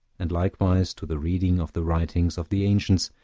and likewise to the reading of the writings of the ancients,